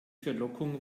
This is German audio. verlockung